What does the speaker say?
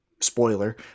Spoiler